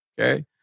Okay